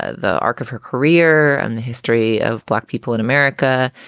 ah the arc of her career and the history of black people in america,